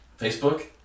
Facebook